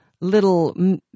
little